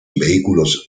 vehículos